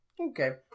Okay